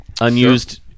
unused